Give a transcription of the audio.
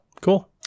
Cool